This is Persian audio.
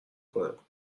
کنم